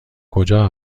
کجا